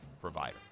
provider